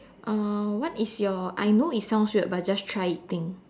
uh what is your I know it sounds weird but just try it thing